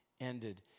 ended